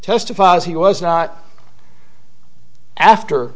testifies he was not after